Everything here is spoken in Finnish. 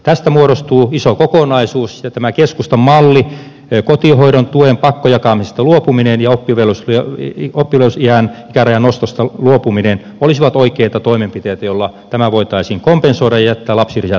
tästä muodostuu iso kokonaisuus ja tämä keskustan malli kotihoidon tuen pakkojakamisesta luopuminen ja oppivelvollisuusiän ikärajan nostosta luopuminen olisi oikea toimenpide jolla tämä voitaisiin kompensoida ja jättää lapsilisät rauhaan